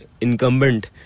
incumbent